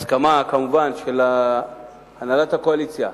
בהסכמה, כמובן, של הנהלת הקואליציה,